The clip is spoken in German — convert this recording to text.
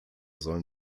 sollen